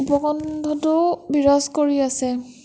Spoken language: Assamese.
উপকণ্ঠটো বিৰাজ কৰি আছে